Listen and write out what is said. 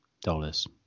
dollars